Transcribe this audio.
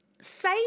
say